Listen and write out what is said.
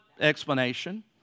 explanation